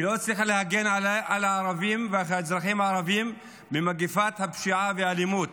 היא לא הצליחה להגן על האזרחים הערבים ממגפת הפשיעה והאלימות.